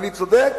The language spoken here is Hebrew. אני צודק?